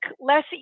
less